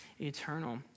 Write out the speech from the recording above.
eternal